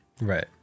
Right